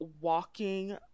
walking